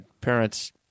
Parents